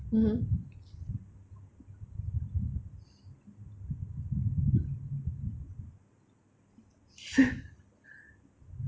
mmhmm